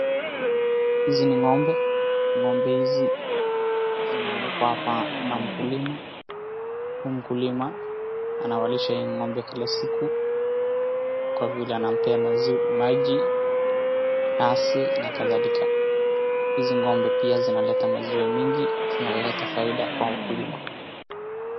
Hizi ni ng'ombe. Ng'ombe hizi zimewekwa hapa na mkulima. Huyu mkulima anawalisha hii ng'ombe kila siku kwa vile anawapea maji, nyasi na kadhalika. Hizi ng'ombe pia zinaleta maziwa mingi, zinaleta faida kwa ukulima.